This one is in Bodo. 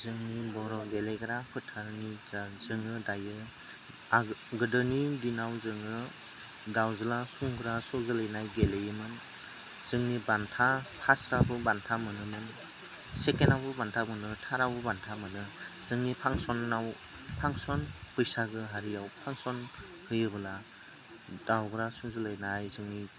जोंनि बर' गेलेग्रा फोथारनि दा जोङो दायो गोदोनि दिनाव जोङो दाउज्ला सौग्रा सोग्रिनाय गेलेयोमोन जोंनि बान्था फार्स्टबो बान्थाबो मोनोमोन सेकेन्डआबो बान्था मोनोमोन थार्डआवबो बान्था मोनो जोंनि फांसनाव फांसन बैसागु हारियाव फांसन होयोब्ला दाउज्ला सौलायनायनि